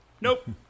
nope